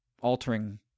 altering